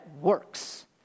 works